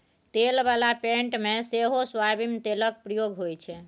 तेल बला पेंट मे सेहो सोयाबीन तेलक प्रयोग होइ छै